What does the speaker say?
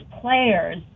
players